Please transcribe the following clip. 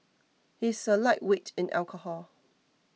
he is a lightweight in alcohol